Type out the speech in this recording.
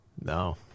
No